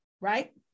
right